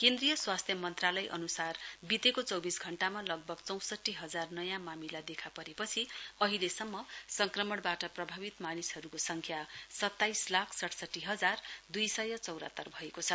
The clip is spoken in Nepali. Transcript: केन्द्रीय स्वास्थ्य मन्त्रालय अन्सार बितेको चौंबिस घण्टामा लगभग चौंसठी हजार नयाँ मामिला देखा परेपछि अहिलेसम्म संक्रमणबाट प्रभवित मानिसहरूको संख्या सताइस लाख सडसठी हजार दुई सय चौरातर भएको छ